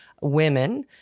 women